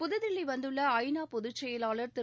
புதுதில்லி வந்துள்ள ஐ நா பொதுச் செயலாளர் திரு